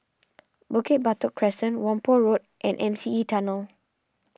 Bukit Batok Crescent Whampoa Road and M C E Tunnel